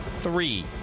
three